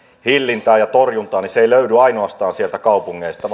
hillintään ja torjuntaan ei löydy ainoastaan sieltä kaupungeista